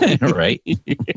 Right